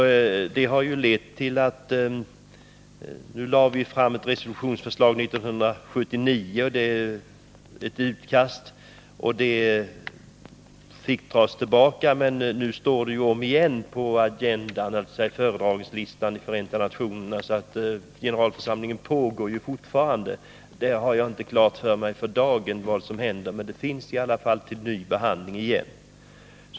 Dessa strävanden har bl.a. lett till att vi år 1979 lade fram ett resolutionsutkast, som dock fick dras tillbaka. Men nu står det igen på agendan, dvs. föredragningslistan, i Förenta nationerna. Generalförsamlingen pågår fortfarande, och jag har inte klart för mig hur dagsläget är, men ärendet finns som sagt upptaget för behandling igen.